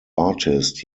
artist